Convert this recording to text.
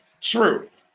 Truth